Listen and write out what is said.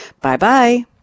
Bye-bye